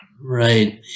right